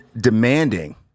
demanding